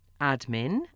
Admin